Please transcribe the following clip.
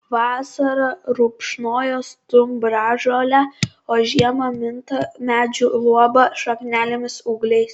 vasarą rupšnoja stumbražolę o žiemą minta medžių luoba šaknelėmis ūgliais